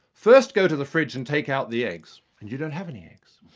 first go to the fridge and take out the eggs and you don't have any eggs.